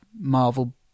Marvel